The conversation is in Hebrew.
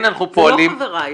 זה לא חבריי.